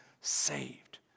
saved